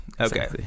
Okay